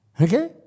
Okay